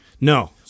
No